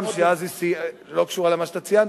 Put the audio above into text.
שלא קשורה למה שאתה ציינת,